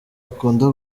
akunda